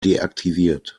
deaktiviert